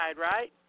right